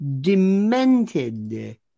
demented